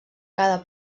cada